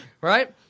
right